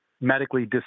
medically